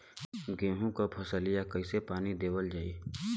गेहूँक फसलिया कईसे पानी देवल जाई?